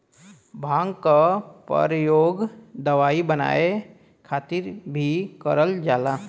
भांग क परयोग दवाई बनाये खातिर भीं करल जाला